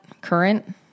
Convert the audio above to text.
Current